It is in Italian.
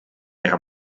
era